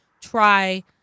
try